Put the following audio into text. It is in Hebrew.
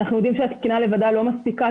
אנחנו יודעים שתקינה לבדה לא מספיקה,